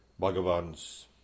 Bhagavan's